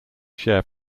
share